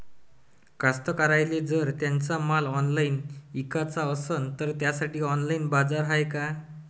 कास्तकाराइले जर त्यांचा माल ऑनलाइन इकाचा असन तर त्यासाठी ऑनलाइन बाजार हाय का?